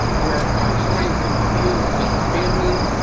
where our clients can feel like family.